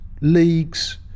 leagues